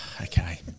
okay